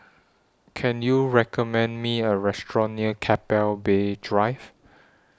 Can YOU recommend Me A Restaurant near Keppel Bay Drive